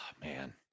Man